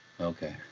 okay